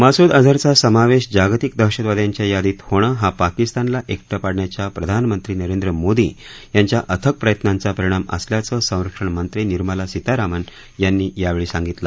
मसूद अजहरचा समावेश जागतिक दहशतवाद्यांच्या यादीत होणं हा पाकिस्तानला एकटं पाडण्याच्या प्रधानमंत्री नरेंद्र मोदी यांच्या अथक प्रयत्नांचा परिणाम असल्याचं संरक्षणमंत्री निर्मला सीतारामन यांनी यावेळी सांगितलं